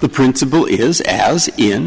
the principle is as in